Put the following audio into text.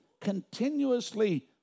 continuously